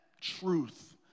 truth